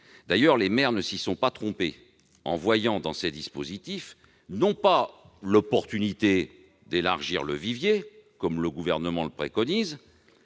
D'ailleurs, les maires ne s'y sont pas trompés, puisqu'ils ont vu dans ces dispositifs non pas une opportunité d'élargir le vivier, comme le Gouvernement le préconise,